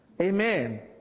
Amen